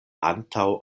antaŭ